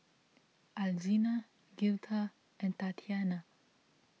Alzina Girtha and Tatiana